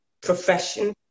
profession